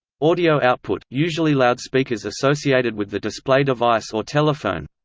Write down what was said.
audio output usually loudspeakers associated with the display device or telephone